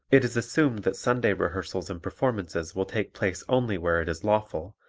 it is assumed that sunday rehearsals and performances will take place only where it is lawful,